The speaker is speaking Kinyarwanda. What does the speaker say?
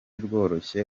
rworoshye